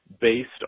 based